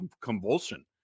convulsion